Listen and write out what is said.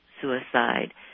suicide